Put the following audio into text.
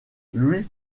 lui